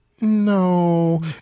no